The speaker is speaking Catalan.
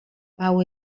pau